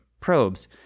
probes